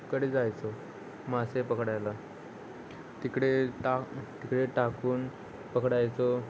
कडे जायचो मासे पकडायला तिकडे टाक तिकडे टाकून पकडायचो